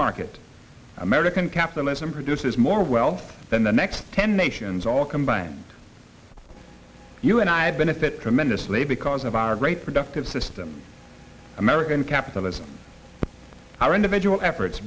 market american capitalism produces more wealth than the next ten nations all combined you and i benefit tremendously because of our great productive system american capitalism our individual efforts